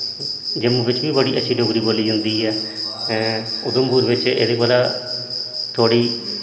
जम्मू बिच्च बी बड़ी अच्ची डोगरी बोली जंदी ऐ उधमपुर बिच्च एह्दे कोला दा थोह्ड़ी